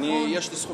אני לא נואם